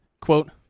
Quote